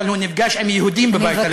אבל הוא נפגש עם יהודים בבית הלבן.